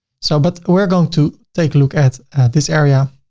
so but we're going to take, look at this area.